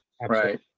Right